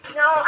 no